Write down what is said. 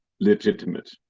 legitimate